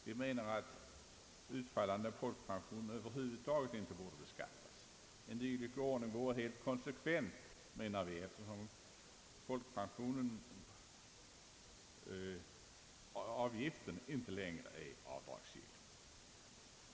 Vi menar att utfallande folkpensioner över huvud taget inte borde beskattas. En dylik ordning vore helt konsekvent eftersom folkpensionsavgiften inte längre är avdragsgill.